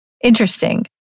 Interesting